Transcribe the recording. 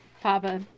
Papa